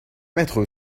mettre